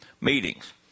meetings